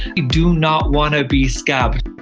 you do not wanna be scabbed.